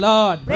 Lord